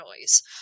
noise